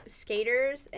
skaters